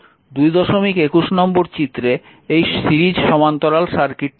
221 নম্বর চিত্রে এই সিরিজ সমান্তরাল সার্কিটটি দেওয়া হয়েছে